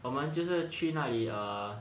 我们就是去那里 err